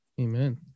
Amen